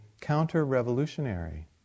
counter-revolutionary